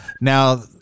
now